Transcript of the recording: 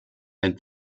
and